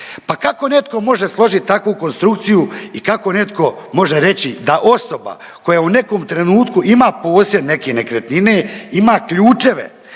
Pa kako netko može složiti takvu konstrukciju i kako netko može reći da osoba koja u nekom trenutku ima posjed neke nekretnine, ima ključeve